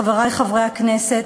חברי חברי הכנסת,